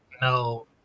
no